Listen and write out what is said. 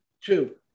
Two